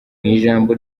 ijambo